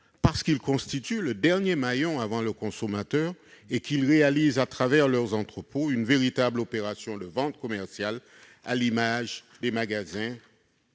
Parce qu'ils constituent le dernier maillon avant le consommateur et qu'ils réalisent une véritable opération de vente commerciale, à l'image des magasins